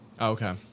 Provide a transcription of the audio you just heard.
Okay